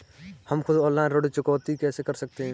हम खुद ऑनलाइन ऋण चुकौती कैसे कर सकते हैं?